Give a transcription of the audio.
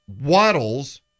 waddles